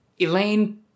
Elaine